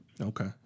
Okay